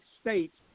states